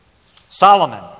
Solomon